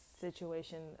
situation